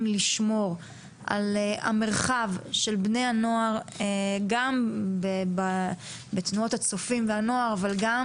לשמור על המרחב של בני הנוער גם בתנועת הצופים וגם